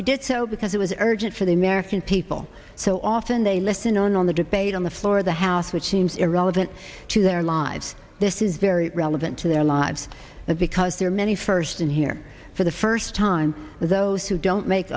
we did so because it was urgent for the american people so often they listen on the debate on the floor of the house which seems irrelevant to their lives this is very relevant to their lives but because there are many firsts in here for the first time those who don't make